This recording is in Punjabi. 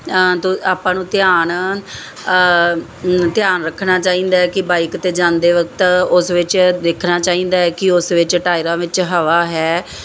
ਆਪਾਂ ਨੂੰ ਧਿਆਨ ਧਿਆਨ ਰੱਖਣਾ ਚਾਹੀਦਾ ਕਿ ਬਾਈਕ 'ਤੇ ਜਾਂਦੇ ਵਕਤ ਉਸ ਵਿੱਚ ਦੇਖਣਾ ਚਾਹੀਦਾ ਹੈ ਕਿ ਉਸ ਵਿੱਚ ਟਾਇਰਾਂ ਵਿੱਚ ਹਵਾ ਹੈ